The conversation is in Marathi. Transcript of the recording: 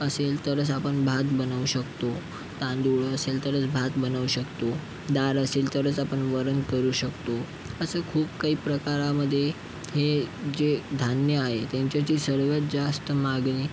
असेल तरच आपण भात बनवू शकतो तांदूळ असेल तरच भात बनवू शकतो दाळ असेल तरच आपण वरण करू शकतो असं खूप काही प्रकारामध्ये हे जे धान्य आहे त्यांची सर्वात जास्त मागणी